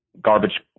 garbage